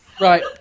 Right